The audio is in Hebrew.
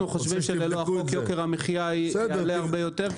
אנחנו חושבים שללא החוק יוקר המחיה יעלה הרבה יותר,